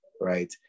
Right